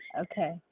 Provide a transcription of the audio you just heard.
Okay